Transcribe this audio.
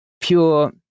pure